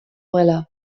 nuela